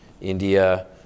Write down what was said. India